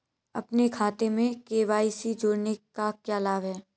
अपने खाते में के.वाई.सी जोड़ने का क्या लाभ है?